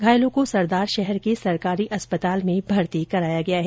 घायलों को सरदारशहर के सरकारी अस्पताल में भर्ती कराया गया है